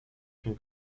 from